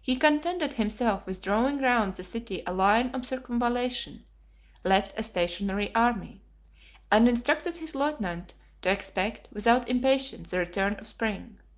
he contented himself with drawing round the city a line of circumvallation left a stationary army and instructed his lieutenant to expect, without impatience, the return of spring.